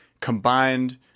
combined